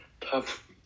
tough